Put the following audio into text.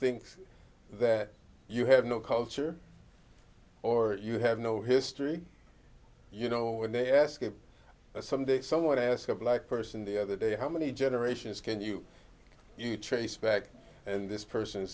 thinks that you have no culture or you have no history you know when they ask if some day someone ask a black person the other day how many generations can you trace back and this person